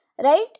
right